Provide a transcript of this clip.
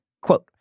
Quote